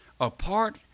apart